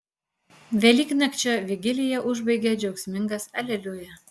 velyknakčio vigiliją užbaigia džiaugsmingas aleliuja